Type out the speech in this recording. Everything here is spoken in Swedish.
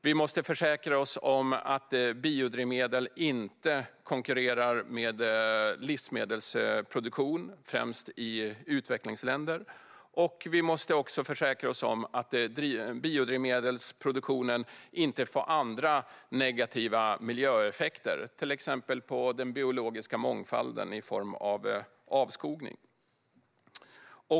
Vi måste försäkra oss om att biodrivmedel inte konkurrerar med livsmedelsproduktion främst i utvecklingsländer. Vi måste också försäkra oss om att biodrivmedelsproduktionen inte får andra negativa miljöeffekter, till exempel på den biologiska mångfalden i form av avskogning.